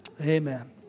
Amen